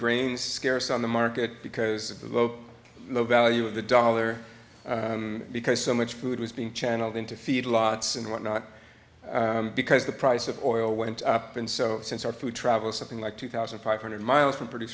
grain scarce on the market because of the low low value of the dollar because so much food was being channeled into feedlots and what not because the price of oil went up and so since our food travels something like two thousand five hundred miles from pr